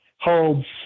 holds